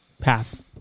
path